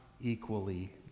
equally